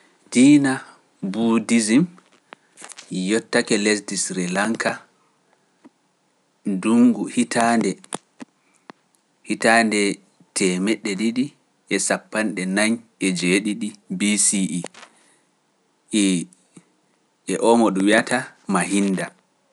Diina ɓuuɗisim yottake lesdi Sirelanka ndungu hitaande ko hewta CE e mo dun wiyata Mahilda